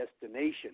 destination